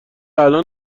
الان